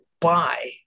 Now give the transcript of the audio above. buy